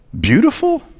Beautiful